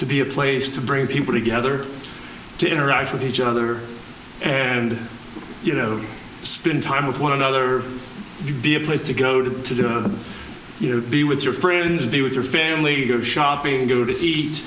to be a place to bring people together to interact with each other and you know spend time with one another you'd be a place to go to you know be with your friends be with your family go shopping go to eat